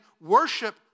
worship